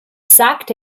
sagte